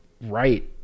right